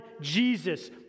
Jesus